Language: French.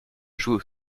jouer